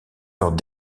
leurs